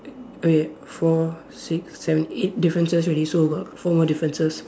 uh y~ four six seven eight differences already so about four more differences